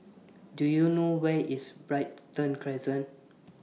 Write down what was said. Do YOU know Where IS Brighton Crescent